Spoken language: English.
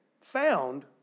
found